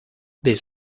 this